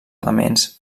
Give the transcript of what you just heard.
elements